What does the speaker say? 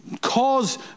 cause